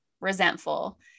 resentful